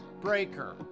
Breaker